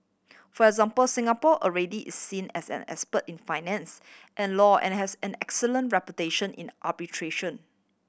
for example Singapore already is seen as an expert in finance and law and has an excellent reputation in arbitration